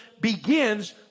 begins